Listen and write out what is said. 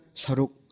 saruk